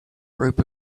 group